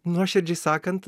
nuoširdžiai sakant